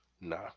Nah